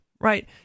right